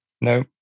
No